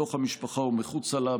בתוך המשפחה או מחוצה לה,